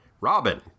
Robin